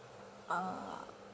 ah